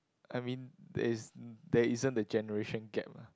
I mean there is there isn't the generation gap lah